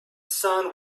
sun